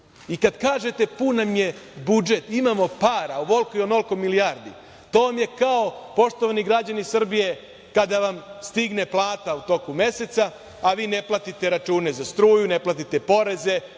Kad kažete – pun nam je budžet, imamo para, ovoliko i onoliko milijardi, to vam je kao, poštovani građani Srbije, kada vam stigne plata u toku meseca, a vi ne platite račune za struju, ne platite poreze,